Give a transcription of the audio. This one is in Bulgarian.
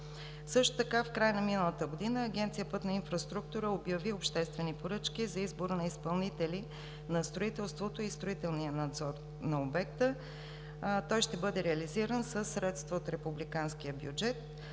Също така в края на миналата година Агенция „Пътна инфраструктура“ обяви обществени поръчки за избор на изпълнители на строителството и строителния надзор на обекта. Той ще бъде реализиран със средства от републиканския бюджет.